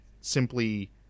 simply